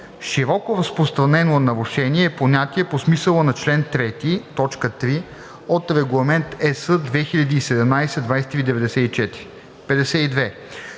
„Широко разпространено нарушение“ е понятие по смисъла на чл. 3, т. 3 от Регламент (ЕС) 2017/2394.